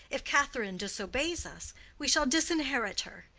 if catherine disobeys us we shall disinherit her.